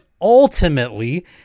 ultimately